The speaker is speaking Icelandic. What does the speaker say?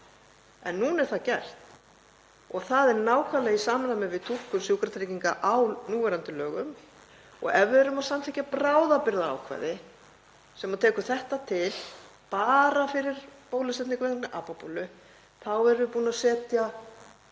Núna er það gert og það er nákvæmlega í samræmi við túlkun Sjúkratrygginga á núverandi lögum. Ef við erum að samþykkja bráðabirgðaákvæði sem tekur þetta til bara fyrir bólusetningu vegna apabólu þá erum við búin að taka